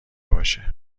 باشه